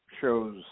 shows